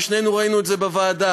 ושנינו ראינו את זה בוועדה: